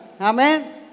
Amen